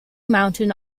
mountain